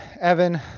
Evan